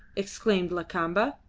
exclaimed lakamba.